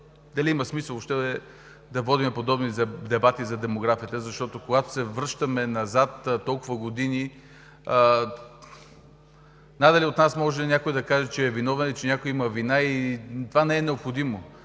дали има смисъл въобще да водим подобни дебати за демографията, защото когато се връщаме назад толкова години, надали от нас може някой да каже, че е виновен и че някой има вина. Това не е необходимо.